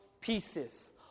pieces